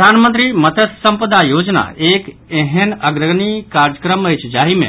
प्रधानमंत्री मत्स्य संपदा योजना एक एहेन अग्रणी कार्यक्रम अछि जाहि मे